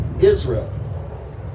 Israel